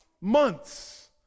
Months